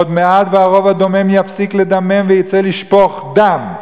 עוד מעט והרוב הדומם יפסיק לדמם ויצא לשפוך דם.